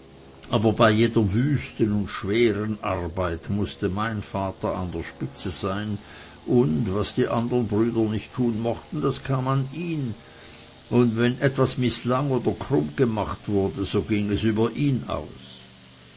aber bei jeder wüsten und schweren arbeit mußte mein vater an der spitze sein und was die andern brüder nicht tun mochten das kam an ihn und wenn etwas mißlang oder krumm gemacht wurde so ging es über ihn aus